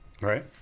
right